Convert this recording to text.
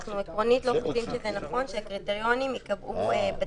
אנחנו עקרונית לא חושבים שזה נכון שהקריטריונים ייקבעו בתקנות.